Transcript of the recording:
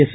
S